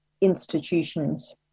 institutions